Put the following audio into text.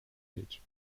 beach